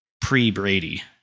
pre-Brady